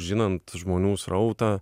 žinant žmonių srautą